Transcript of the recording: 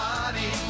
Body